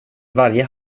varje